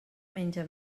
menja